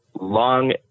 long